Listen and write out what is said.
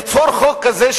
ליצור חוק כזה,